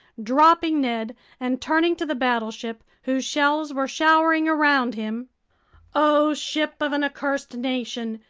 dropping ned and turning to the battleship, whose shells were showering around him o ship of an accursed nation,